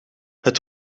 het